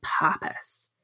purpose